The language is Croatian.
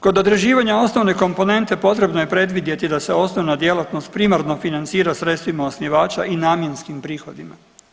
Kod određivanja osnovne komponente potrebno je predvidjeti da se osnovna djelatnost primarno financira sredstvima osnivača i namjenskim prihodima.